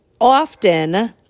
often